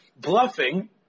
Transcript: bluffing